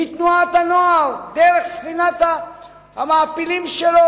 מתנועת הנוער דרך ספינת המעפילים שלו,